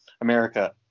America